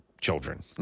children